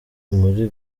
muri